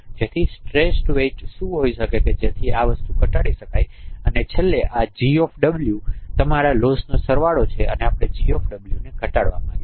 તેથી શ્રેષ્ઠ વેટ શું હોય શકે કે જેથી આ વસ્તુ ઘટાડી શકાય અને છેલ્લે આ g તમારા લોસનો સરવાળો છે અને આપણે g ને ઘટાડવા માગીએ છીએ